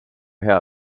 hea